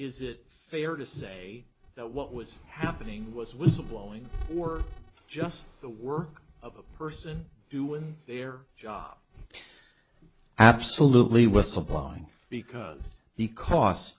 is it fair to say that what was happening was whistleblowing or just the work of a person doing their job absolutely was supplying because